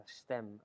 stem